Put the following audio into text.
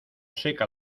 seca